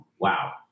Wow